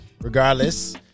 regardless